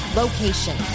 location